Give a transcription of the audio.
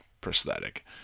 prosthetic